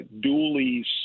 Dooley's